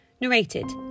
Narrated